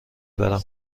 برم